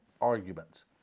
arguments